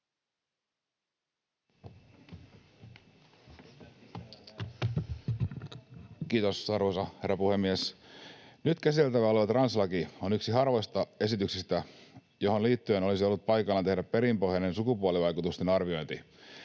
Kiitos, arvoisa herra puhemies! Nyt käsiteltävä aloite translaista on yksi harvoista esityksistä, joihin liittyen olisi ollut paikallaan tehdä perinpohjainen sukupuolivaikutusten arviointi.